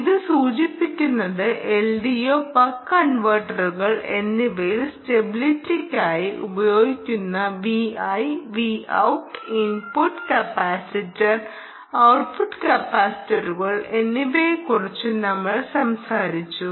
ഇത് സൂചിപ്പിക്കുന്നത് LDO buck കൺവെർട്ടറുകൾ എന്നിവയിൽ സ്റ്റെബിലിറ്റിക്കായി ഉപയോഗിക്കുന്ന Vi Vout input capacitor output കപ്പാസിറ്ററുകൾ എന്നിവയെക്കുറിച്ച് നമ്മൾ സംസാരിച്ചു